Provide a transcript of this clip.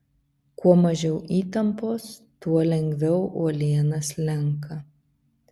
kuo mažiau įtampos tuo lengviau uoliena slenka